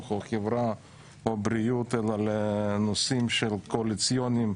או חברה או בריאות אלא לנושאים קואליציוניים,